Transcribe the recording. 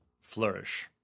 flourish